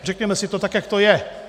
Řekněme si to tak, jak to je.